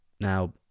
Now